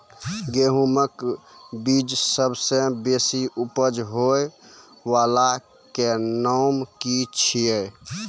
गेहूँमक बीज सबसे बेसी उपज होय वालाक नाम की छियै?